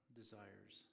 desires